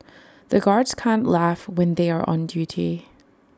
the guards can't laugh when they are on duty